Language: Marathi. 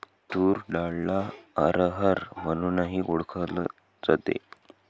तूर डाळला अरहर म्हणूनही ओळखल जाते